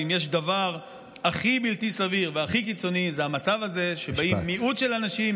ואם יש דבר הכי בלתי סביר והכי קיצוני זה המצב הזה שבא מיעוט של אנשים,